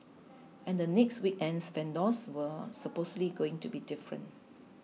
and the next weekend's vendors were supposedly going to be different